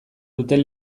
duten